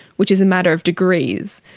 which is a matter of degrees.